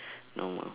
normal